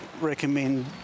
recommend